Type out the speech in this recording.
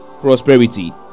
prosperity